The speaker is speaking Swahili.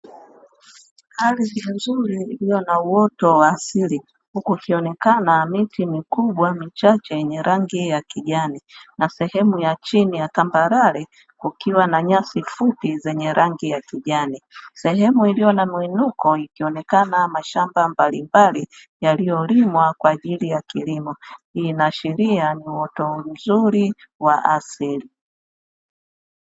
Ardhi nzuri ikiwa na uoto wa asili huku ikionekana miti mikubwa michache yenye rangi ya kijani, na sehemu ya chini ya tambarare kukiwa na nyasi fupi zenye rangi ya kijani. Sehemu iliyo na muinuko ikionekana mashamba mbalimbalia yaliyolimwa kwa ajili ya kilimo. Hii inaashiria uoto mzuri wa asili.